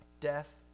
death